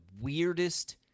weirdest